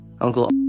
Uncle